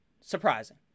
surprising